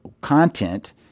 content